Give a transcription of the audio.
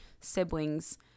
siblings